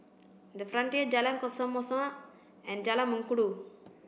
the Frontier Jalan Kesoma and Jalan Mengkudu